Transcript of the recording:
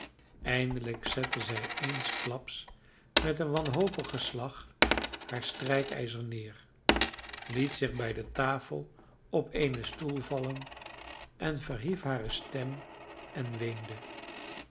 eindelijk zette zij eenklaps met een wanhopigen slag haar strijkijzer neer liet zich bij de tafel op een stoel vallen en verhief hare stem en weende